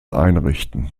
einrichten